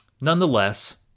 Nonetheless